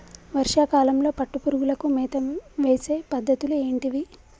వర్షా కాలంలో పట్టు పురుగులకు మేత వేసే పద్ధతులు ఏంటివి?